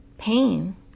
pain